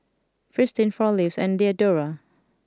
Fristine Four Leaves and Diadora